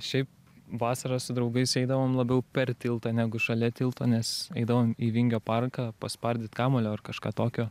šiaip vasarą su draugais eidavom labiau per tiltą negu šalia tilto nes eidavom į vingio parką paspardyt kamuolio ar kažką tokio